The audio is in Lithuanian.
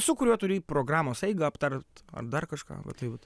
su kuriuo turi programos eigą aptart ar dar kažką va tai vat